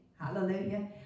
hallelujah